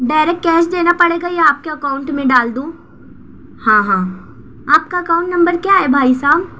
direct cash دینا پڑے گا یا آپ کے اکاؤنٹ میں ڈال دوں ہاں ہاں آپ کا اکاؤنٹ نمبر کیا ہے بھائی صاحب